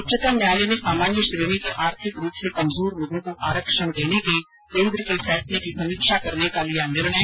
उच्चतम न्यायालय ने सामान्य श्रेणी के आर्थिक रूप से कमजोर लोगों को आरक्षण देने के केन्द्र के फैसले की समीक्षा करने का लिया निर्णय